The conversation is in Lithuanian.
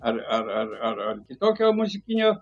ar ar ar kitokio muzikinio